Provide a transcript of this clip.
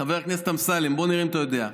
חבר הכנסת אמסלם, בוא נראה אם אתה יודע: